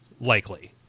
Likely